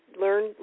learn